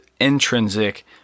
intrinsic